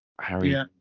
Harry